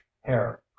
hair